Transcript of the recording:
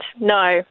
No